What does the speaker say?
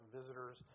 visitors